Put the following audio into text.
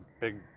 big